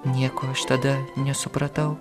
nieko aš tada nesupratau